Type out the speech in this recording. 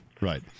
Right